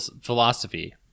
philosophy